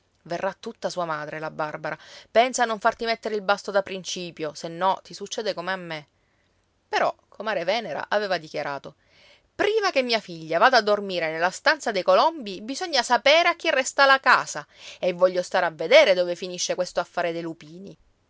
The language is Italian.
verrà tutta sua madre la barbara pensa a non farti mettere il basto da principio se no ti succede come a me però comare venera aveva dichiarato prima che mia figlia vada a dormire nella stanza dei colombi bisogna sapere a chi resta la casa e voglio stare a vedere dove finisce questo affare dei lupini